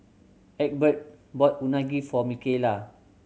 Egbert bought Unagi for Mikayla